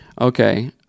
Okay